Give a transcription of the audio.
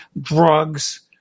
drugs